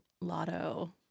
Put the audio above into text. lotto